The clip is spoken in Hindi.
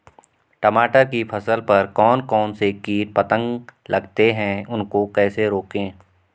टमाटर की फसल पर कौन कौन से कीट पतंग लगते हैं उनको कैसे रोकें?